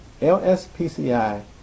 lspci